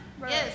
Yes